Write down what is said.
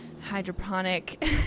hydroponic